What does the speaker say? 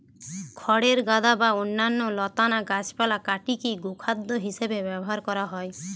খড়ের গাদা বা অন্যান্য লতানা গাছপালা কাটিকি গোখাদ্য হিসেবে ব্যবহার করা হয়